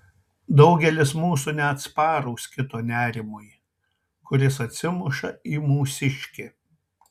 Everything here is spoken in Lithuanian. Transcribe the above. daugelis mūsų neatsparūs kito nerimui kuris atsimuša į mūsiškį